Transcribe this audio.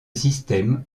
système